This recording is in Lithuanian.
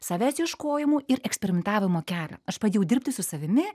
savęs ieškojimų ir eksperimentavimo kelią aš pradėjau dirbti su savimi